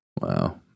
Wow